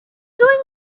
doing